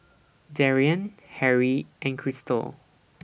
Darrien Harrie and Cristal